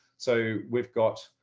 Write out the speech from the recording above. so we've got